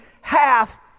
half